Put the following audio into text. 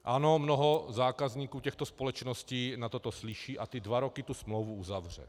Ano, mnoho zákazníků těchto společností na toto slyší a na dva roky tu smlouvu uzavře.